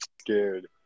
Scared